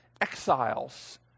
exiles